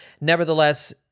Nevertheless